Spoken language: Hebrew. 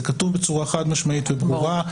זה כתוב בצורה חד-משמעית וברורה,